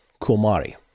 Kumari